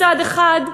מצד אחד,